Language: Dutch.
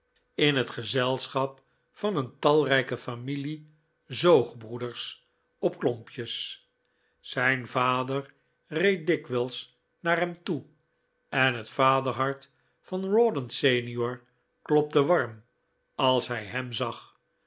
in het gezelschap van een talrijke familie zoogbroeders op klompjes zijn vader reed dikwijls naar hem toe en het vaderhart van rawdon senior klopte warm als hij hem zag